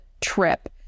trip